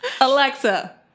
Alexa